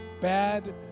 bad